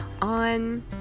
on